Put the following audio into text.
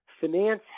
Finance